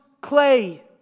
clay